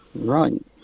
right